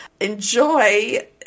Enjoy